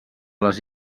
les